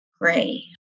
gray